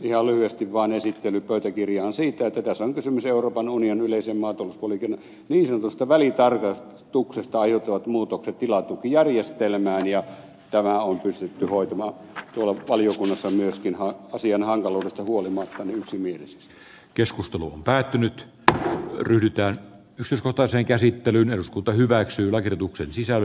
ihan lyhyesti vaan esittely pöytäkirjaan siitä että tässä on kysymys euroopan unionin yleisen maatalouspolitiikan niin sanotusta välitarkastuksesta aiheutuvasta muutoksesta tilatukijärjestelmään ja tämä on pystytty hoitamaan valiokunnassa myöskin asian hankaluudesta huolimatta yksimielisesti keskustelu on päättynyt kaava ylittää sisko toisen käsittelyn eduskunta hyväksyy ehdotukset sisälly